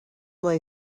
lay